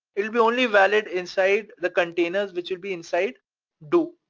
it'll be only valid inside the containers which will be inside do,